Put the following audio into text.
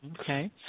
Okay